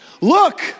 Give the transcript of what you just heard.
Look